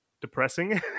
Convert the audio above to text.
depressing